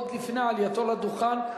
עוד לפני עלייתו לדוכן,